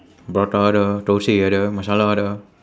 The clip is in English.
prata ada thosai ada masala ada